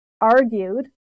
argued